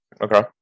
okay